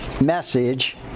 message